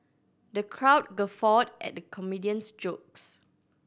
the crowd guffawed at the comedian's jokes